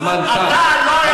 חבר הכנסת זחאלקה, הזמן תם.